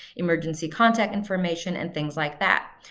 emergency contact information, and things like that.